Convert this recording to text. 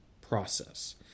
process